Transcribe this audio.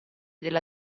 della